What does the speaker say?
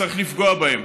צריך לפגוע בהם,